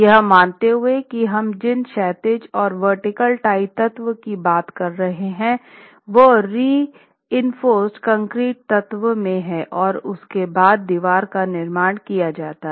यह मानते हुए कि हम जिन क्षैतिज और ऊर्ध्वाधर टाई तत्व की बात कर रहे हैं वह रीइंफोकेड कंक्रीट तत्व में हैं और उसके बाद दीवार का निर्माण किया जाता है